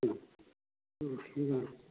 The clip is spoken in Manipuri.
ꯎꯝ ꯎꯝ ꯎꯝ